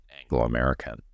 Anglo-American